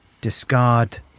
discard